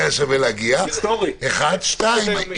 שתיים,